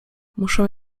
muszę